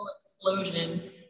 explosion